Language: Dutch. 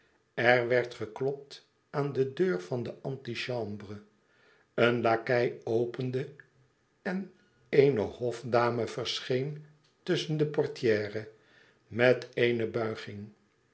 er werd geklopt aan de deur van de antichambre een lakei opende en eene hofdame verscheen tusschen de portière met eene buiging